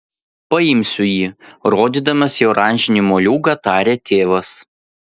paimsiu jį rodydamas į oranžinį moliūgą tarė tėvas